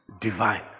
divine